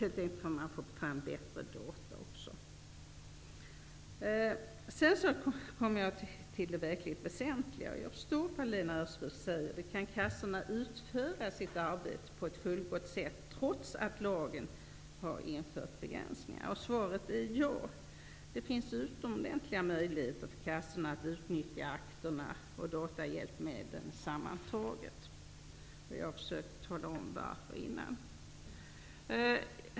Man får helt enkelt fram bättre data om man gör på det sättet. Jag kommer nu till det verkligt väsentliga. Lena Öhrsvik frågar: Kan kassorna utföra sitt arbete på ett fullgott sätt trots att man med lagen inför begränsningar? Svaret är ja. Det finns utomordentliga möjligheter för kassorna att utnyttja akterna och de datahjälpmedel som finns. Jag har här tidigare försökt tala om varför det är så.